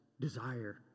desire